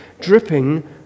dripping